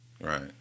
Right